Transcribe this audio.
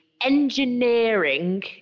engineering